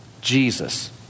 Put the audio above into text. Jesus